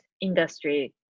industry